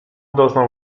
doznał